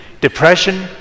depression